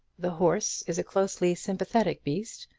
the horse is a closely sympathetic beast,